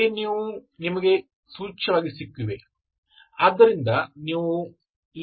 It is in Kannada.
ಇಲ್ಲಿ ನಿಮಗೆ ಇವುಗಳು ಸೂಚ್ಯವಾಗಿ ಸಿಕ್ಕಿವೆ